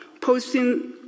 posting